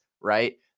right